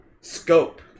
scope